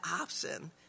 option